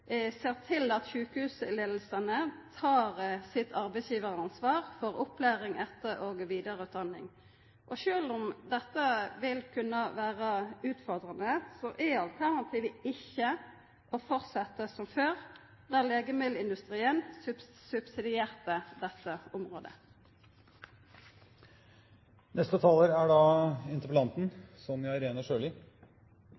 eg oppfordra til at statsråden og departementet i dei neste åra følgjer ekstra med på korleis føretaka følgjer opp dette området, og ser til at sjukehusleiingane tek sitt arbeidsgivaransvar for opplæring, etter- og vidareutdanning. Sjølv om dette vil kunna vera utfordrande, er alternativet ikkje å fortsetja som før der